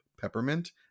peppermint